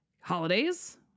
holidays